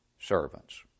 servants